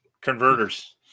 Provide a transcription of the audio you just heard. converters